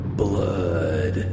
blood